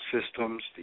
systems